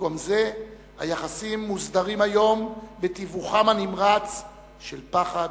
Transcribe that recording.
במקום זה היחסים מוסדרים היום בתיווכם הנמרץ של פחד,